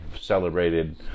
celebrated